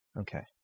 Okay